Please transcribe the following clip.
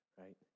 right